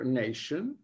nation